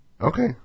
Okay